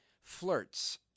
flirts